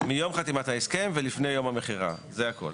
מיום חתימת ההסכם ולפני יום המכירה, זה הכול.